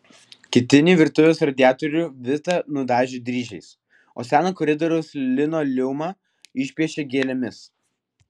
ketinį virtuvės radiatorių vita nudažė dryžiais o seną koridoriaus linoleumą išpiešė gėlėmis